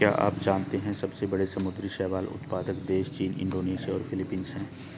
क्या आप जानते है सबसे बड़े समुद्री शैवाल उत्पादक देश चीन, इंडोनेशिया और फिलीपींस हैं?